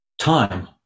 time